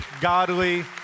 godly